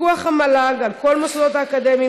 פיקוח המל"ג על כל המוסדות האקדמיים